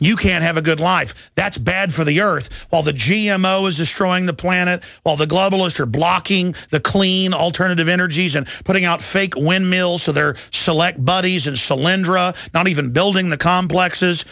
you can't have a good life that's bad for the earth all the g m o is destroying the planet all the globalists are blocking the clean alternative energies and putting out fake windmills for their select buddies and challender a not even building the complexes